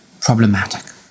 problematic